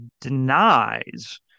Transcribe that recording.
denies